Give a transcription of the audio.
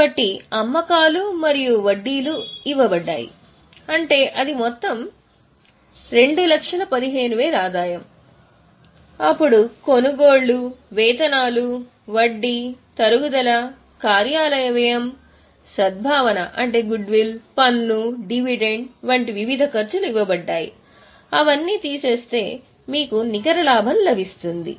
కాబట్టి అమ్మకాలు మరియు వడ్డీలు ఇవ్వబడ్డాయి అంటే అది మొత్తం 215000 ఆదాయం అప్పుడు కొనుగోళ్లు వేతనాలు వడ్డీ తరుగుదల కార్యాలయ వ్యయం సద్భావన పన్ను డివిడెండ్ వంటి వివిధ ఖర్చులు ఇవ్వబడ్డాయి అవన్నీ తీసేస్తే మీకు నికర లాభం లభిస్తుంది